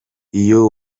iyo